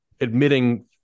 admitting